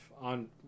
on